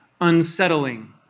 unsettling